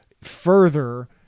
further